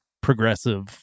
progressive